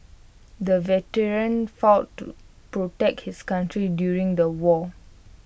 the veteran fought to protect his country during the war